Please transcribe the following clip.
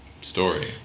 story